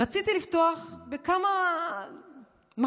רציתי לפתוח בכמה מחשבות